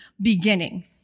beginning